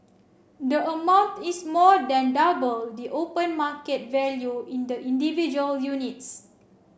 the amount is more than double the open market value in the individual units